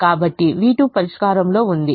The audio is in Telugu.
కాబట్టి v2 పరిష్కారంలో ఉంది